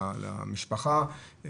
למשפחה,